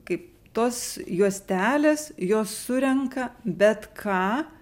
kaip tos juostelės jos surenka bet ką